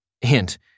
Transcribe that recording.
Hint